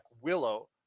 Willow